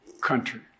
country